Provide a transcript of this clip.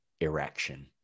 erection